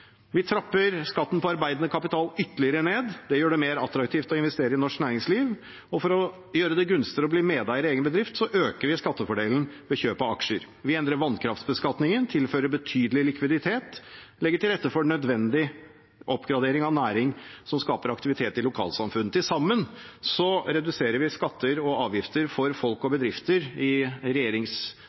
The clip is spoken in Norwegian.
Vi trapper skatten på arbeidende kapital ytterligere ned. Det gjør det mer attraktivt å investere i norsk næringsliv. For å gjøre det gunstigere å bli medeier i egen bedrift øker vi skattefordelen ved kjøp av aksjer. Vi endrer vannkraftbeskatningen og tilfører næringen betydelig likviditet. Det legger til rette for nødvendig oppgradering i en næring som skaper aktivitet i lokalsamfunn. Til sammen reduserer vi skatter og avgifter for folk og bedrifter med nesten 30 mrd. kr i